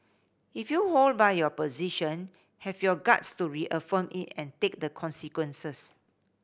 if you hold by your position have your guts to reaffirm it and take the consequences